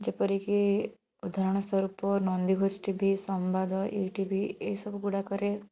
ଯେପରି କି ଉଦାହରଣ ସ୍ୱରୂପ ନନ୍ଦିଘୋଷ ଟି ଭି ସମ୍ବାଦ ଏ ଟି ଭି ଏସବୁ ଗୁଡ଼ାକରେ